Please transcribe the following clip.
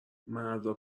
مردا